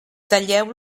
talleu